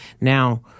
Now